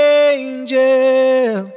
angel